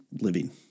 living